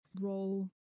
roll